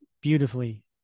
beautifully